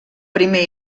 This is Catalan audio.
primer